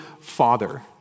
father